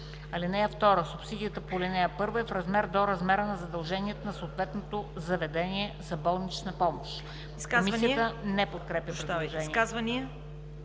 (2) Субсидията по ал. 1 е в размер до размера на задълженията на съответното заведение за болнична помощ.“ Комисията не подкрепя предложението.